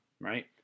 Right